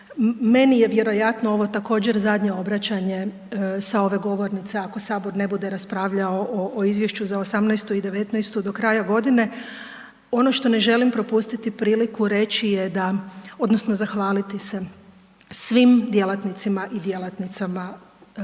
meni je vjerojatno ovo također, zadnje obraćanje sa ove govornice, ako Sabor ne bude raspravljao o Izvješću za '18. i '19. do kraja godine. Ono što ne želim propustiti priliku reći je da, odnosno zahvaliti se svim djelatnicima i djelatnicama pučkog